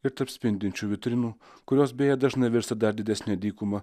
ir tarp spindinčių vitrinų kurios beje dažnai virsta dar didesne dykuma